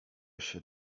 się